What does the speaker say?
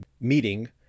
meeting